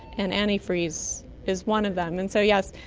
and antifreeze is one of them. and so yes,